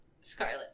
Scarlet